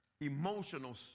emotional